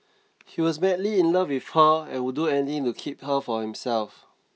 he was madly in love with her and would do anything to keep her for himself